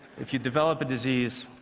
if you develop a disease,